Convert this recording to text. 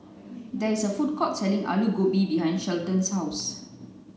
there is a food court selling Aloo Gobi behind Shelton's house